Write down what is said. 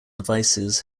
devices